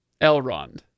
Elrond